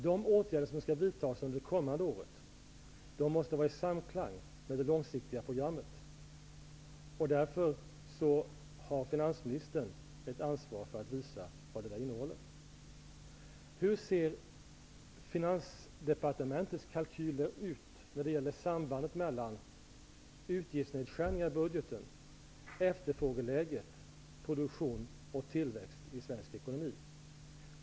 De åtgärder som skall vidtas under det kommande året måste vara i samklang med det långsiktiga programmet. Därför har finansministern ett ansvar för att visa vad sparprogrammet innehåller. Hur ser Finansdepartementets kalkyler ut när det gäller sambandet mellan utgiftsnedskärning i budgeten, efterfrågeläge, produktion och tillväxt i svensk ekonomi?